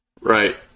right